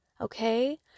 okay